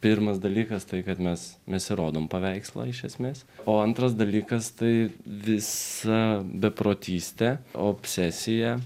pirmas dalykas tai kad mes mes ir rodom paveikslą iš esmės o antras dalykas tai visa beprotystė obsesija